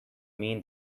mean